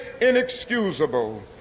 inexcusable